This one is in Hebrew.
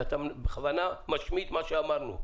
ואתה בכוונה משמיט מה שאמרנו.